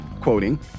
quoting